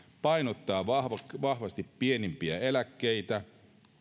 painottaa vahvasti vahvasti pienimpiä eläkkeitä